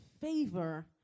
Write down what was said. favor